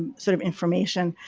sort of information.